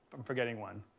i'm forgetting one.